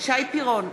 שי פירון,